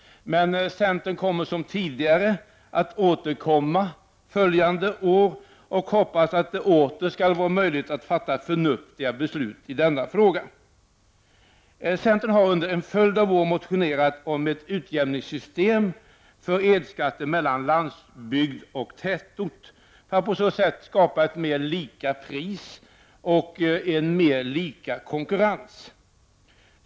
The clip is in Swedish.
Centern har för avsikt att återkomma nästa år och hoppas att det då åter skall vara möjligt att fatta ett förnuftigt beslut i denna fråga. Centern har under en följd av år motionerat om ett utjämningssystem för elskatten mellan landsbygden och tätort för att på så sätt skapa ett mer lika pris och en mer lika konkurrens.